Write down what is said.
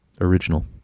original